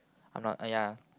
I'm not uh ya